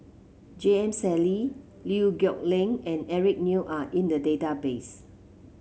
J M Sali Liew Geok Leong and Eric Neo are in the database